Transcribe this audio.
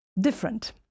different